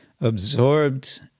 absorbed